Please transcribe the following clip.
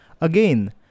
again